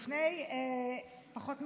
לפני פחות משבוע,